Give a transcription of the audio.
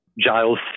Giles